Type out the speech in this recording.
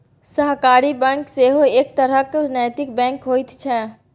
सहकारी बैंक सेहो एक तरहक नैतिक बैंक होइत छै